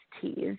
teas